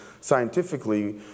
scientifically